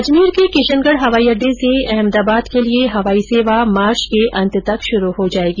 अजमेर के किशनगढ़ हवाई अड्डे से अहमदाबाद के लिए हवाई सेवा मार्च के अंत तक शुरू हो जाएगी